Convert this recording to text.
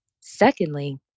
Secondly